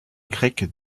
grecques